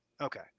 Okay